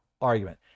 argument